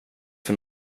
för